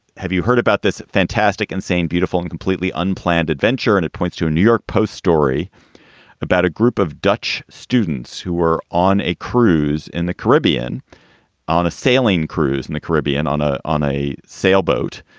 have you heard about this fantastic, insane, beautiful and completely unplanned adventure? and it points to a new york post story about a group of dutch students who were on a cruise in the caribbean on a sailing cruise in and the caribbean on a on a sailboat,